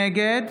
נגד